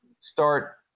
start